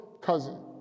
cousin